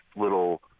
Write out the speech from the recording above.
little